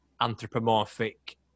anthropomorphic